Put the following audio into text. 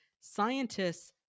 scientists